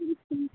جی